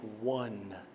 one